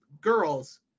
girls